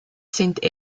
sind